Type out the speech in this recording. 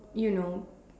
you know